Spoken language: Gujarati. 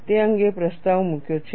તે અંગે પ્રસ્તાવ મૂક્યો છે